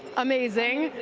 amazing.